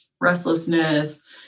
Restlessness